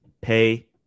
Pay